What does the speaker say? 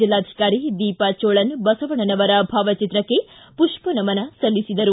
ಜಿಲ್ಲಾಧಿಕಾರಿ ದೀಪಾ ಚೋಳನ ಬಸವಣ್ಣನವರ ಭಾವಚಿತ್ರಕ್ಕೆ ಪುಪ್ಪ ನಮನ ಸಲ್ಲಿಸಿದರು